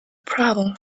problem